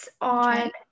on